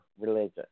religion